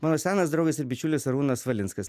mano senas draugas ir bičiulis arūnas valinskas